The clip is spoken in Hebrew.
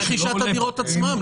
רכישת הדירות עצמן.